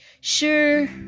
Sure